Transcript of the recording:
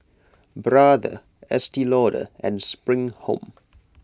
Brother Estee Lauder and Spring Home